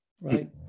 Right